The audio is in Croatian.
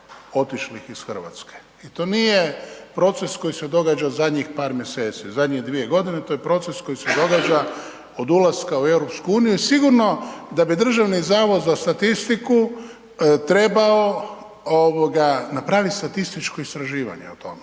i to nije proces koji se događa u zadnjih par mjeseci, u zadnjih 2.g., to je proces koji se događa od ulaska u EU i sigurno da bi Državni zavod za statistiku trebao ovoga napravit statističko istraživanje o tome